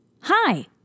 hi